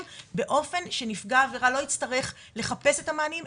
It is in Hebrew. באופן שנפגע עבירה לא יצטרך לחפש את המענים,